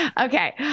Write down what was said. Okay